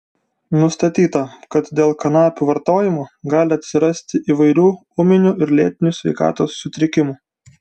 nustatyta kad dėl kanapių vartojimo gali atsirasti įvairių ūminių ir lėtinių sveikatos sutrikimų